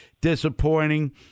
Disappointing